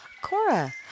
Cora